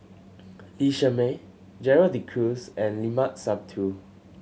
Lee Shermay Gerald De Cruz and Limat Sabtu